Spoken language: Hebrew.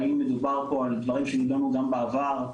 האם מדובר פה על דברים שנידונו גם בעבר,